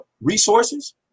resources